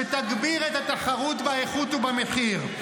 שתגביר את התחרות באיכות ובמחיר.